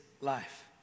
life